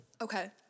Okay